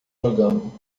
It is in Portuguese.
jogando